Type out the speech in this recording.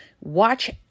watch